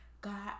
God